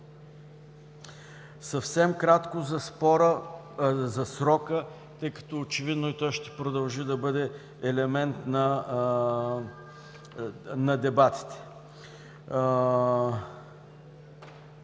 Съвсем кратко за срока, тъй като очевидно и той ще продължи да бъде елемент на дебатите.